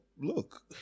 look